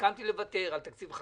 כדי להתחייב על הכסף,